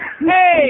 hey